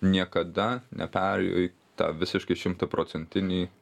niekada neperėjo į tą visiškai šimtaprocentinį